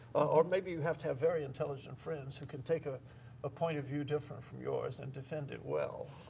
or maybe you have to have very intelligent friends who can take a ah point of view different from yours and defend it well.